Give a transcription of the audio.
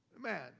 Man